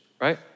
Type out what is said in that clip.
right